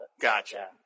Gotcha